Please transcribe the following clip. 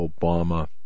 Obama